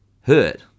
hurt